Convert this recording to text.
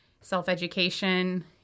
self-education